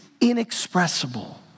inexpressible